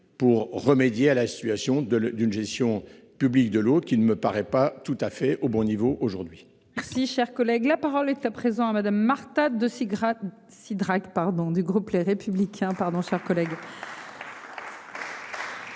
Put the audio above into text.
pour remédier à la situation de d'une gestion publique de l'autre qui ne me paraît pas tout à fait au bon niveau aujourd'hui. Merci, cher collègue, la parole est à présent à Madame. Marta de si. Si drague pardon du groupe Les Républicains